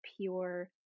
pure